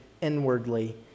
inwardly